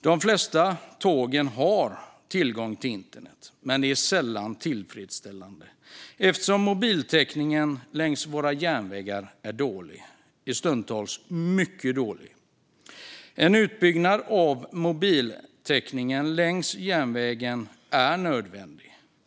De flesta tåg har tillgång till internet, men mobiltäckningen är sällan tillfredställande eftersom den är dålig, stundtals mycket dålig, längs våra järnvägar. En utbyggnad av mobilnätet längs järnvägen är nödvändig.